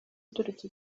uturutse